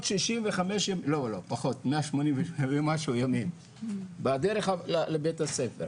180 ומשהו ימים בדרך לבית הספר.